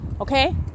Okay